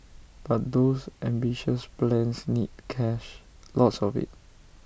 but those ambitious plans need cash lots of IT